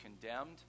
condemned